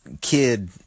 kid